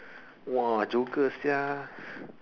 !wah! joker sia